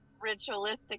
ritualistic